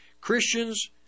Christians